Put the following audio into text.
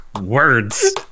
words